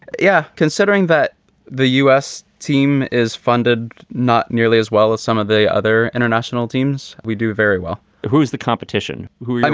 yeah. considering that the u s. team is funded not nearly as well as some of the other international teams. we do very well. who's the competition? who i